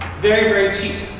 very, very cheap.